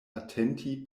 atenti